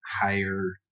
higher